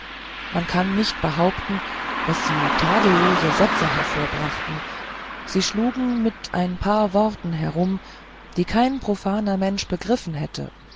man kann nicht behaupten daß sie tadellose sätze hervorbrachten sie schlugen mit ein paar worten herum die kein profaner mensch begriffen hätte